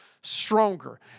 stronger